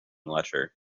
letter